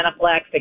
anaphylactic